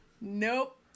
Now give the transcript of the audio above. Nope